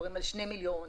נדבר על שני מיליון,